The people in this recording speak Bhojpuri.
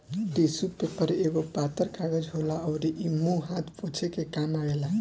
टिशु पेपर एगो पातर कागज होला अउरी इ मुंह हाथ पोछे के काम आवेला